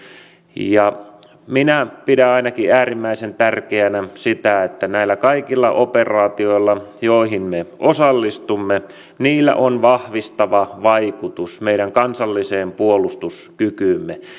minä ainakin pidän äärimmäisen tärkeänä sitä että näillä kaikilla operaatioilla joihin me osallistumme on vahvistava vaikutus meidän kansalliseen puolustuskykyymme